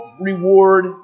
reward